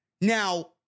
Now